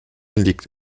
liegt